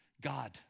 God